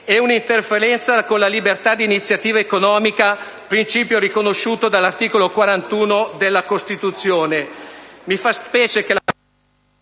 e un'interferenza con la libertà di iniziativa economica riconosciuta dall'articolo 41 della Costituzione.